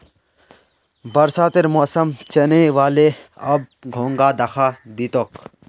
बरसातेर मौसम चनइ व ले, अब घोंघा दखा दी तोक